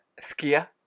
Skia